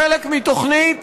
חלק מתוכנית